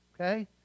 Okay